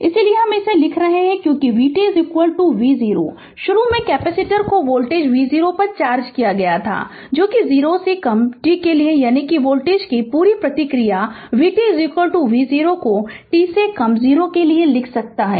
Refer Slide Time 0637 इसलिए लिख सकते हैं क्योंकि vt v0 शुरू में कैपेसिटर को वोल्टेज v0 पर चार्ज किया गया था जो कि 0 से कम t के लिए है यानी वोल्टेज की पूरी प्रतिक्रिया vt v0को t से कम 0 के लिए लिख सकता है